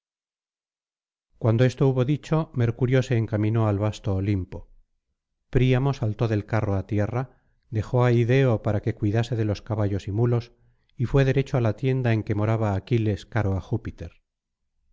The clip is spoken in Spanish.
cuando esto hubo dicho mercurio se encaminó al vasto olimpo príamo saltó del carro á tierra dejó á ideo para que cuidase de los caballos y mulos y fué derecho á la tienda en que moraba aquiles caro á júpiter